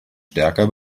stärker